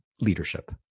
leadership